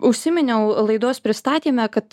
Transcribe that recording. užsiminiau laidos pristatyme kad